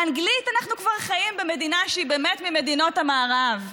באנגלית אנחנו כבר חיים במדינה שהיא באמת ממדינות המערב,